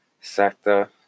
sector